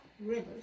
Rivers